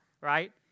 Right